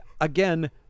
again